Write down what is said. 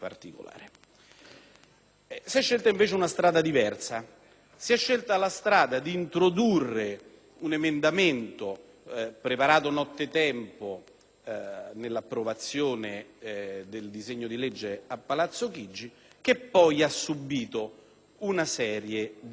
Si è scelta invece una strada diversa: quella di introdurre un emendamento, preparato nottetempo nell'approvazione del disegno di legge a Palazzo Chigi, che poi ha subito una serie di ritocchi.